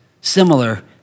similar